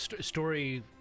story